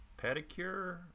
pedicure